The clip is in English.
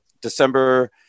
December